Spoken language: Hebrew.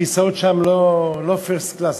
הכיסאות שם לא first class אפילו.